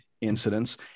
incidents